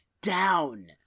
down